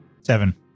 Seven